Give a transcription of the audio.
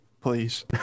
please